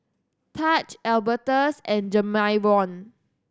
Taj Albertus and Jamarion